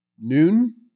Noon